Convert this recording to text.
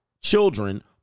children